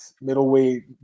middleweight